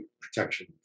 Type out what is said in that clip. protection